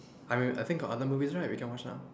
I mean I think got other movies right we can watch now